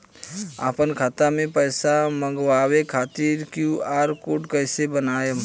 आपन खाता मे पैसा मँगबावे खातिर क्यू.आर कोड कैसे बनाएम?